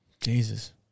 Jesus